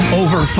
over